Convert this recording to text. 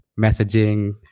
messaging